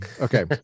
Okay